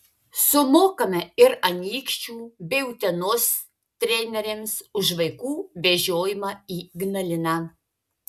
sumokame ir anykščių bei utenos treneriams už vaikų vežiojimą į ignaliną